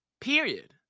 Period